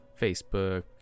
Facebook